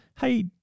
hey